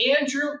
Andrew